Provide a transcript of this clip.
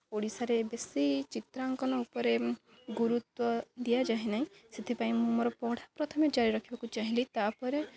ଓଡ଼ିଶାରେ ବେଶୀ ଚିତ୍ରାଙ୍କନ ଉପରେ ଗୁରୁତ୍ଵ ଦିଆଯାଏ ନାହିଁ ସେଥିପାଇଁ ମୁଁ ମୋର ପଢ଼ା ପ୍ରଥମେ ଜାରି ରଖିବାକୁ ଚାହିଁଲି ତା'ପରେ